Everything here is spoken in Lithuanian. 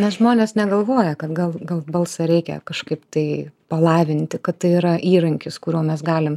nes žmonės negalvoja kad gal gal balsą reikia kažkaip tai palavinti kad tai yra įrankis kuriuo mes galim